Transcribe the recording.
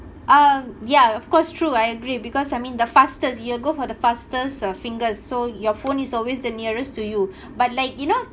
uh yeah of course true I agree because I mean the fastest you'll go for the fastest uh fingers so your phone is always the nearest to you but like you know